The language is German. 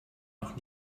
noch